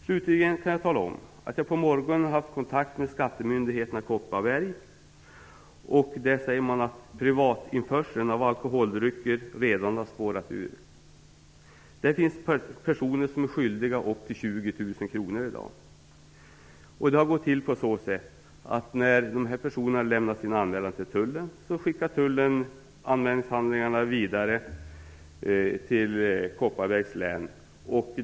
Slutligen vill jag berätta att jag i dag på morgonen har haft kontakt med Skattemyndigheterna i Kopparbergs län. Där säger man att privatinförseln av alkoholdrycker redan har spårat ur. Det finns personer som är skyldiga upp till 20 000 kr i dag. Det har gått till på följande sätt: När dessa personer har lämnat sina anmälningar till tullen skickas anmälningshandlingarna vidare till Kopparbergs län.